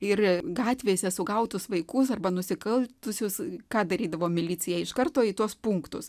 ir gatvėse sugautus vaikus arba nusikaltusius ką darydavo milicija iš karto į tuos punktus